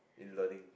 in learning